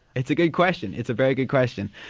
it's a good question, it's a very good question.